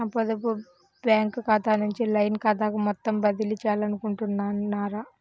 నా పొదుపు బ్యాంకు ఖాతా నుంచి లైన్ ఖాతాకు మొత్తం బదిలీ చేయాలనుకుంటున్నారా?